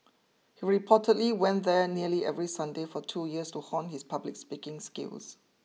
he reportedly went there nearly every Sunday for two years to hone his public speaking skills